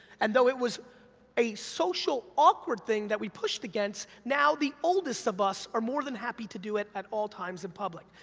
and though it was a social awkward thing that we pushed against, now the oldest of us are more than happy to do it at all times in public.